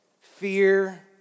fear